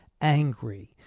angry